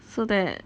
so that